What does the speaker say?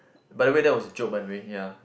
by the way that was a joke by the way ya